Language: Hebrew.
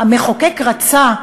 "המחוקק רצה",